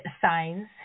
signs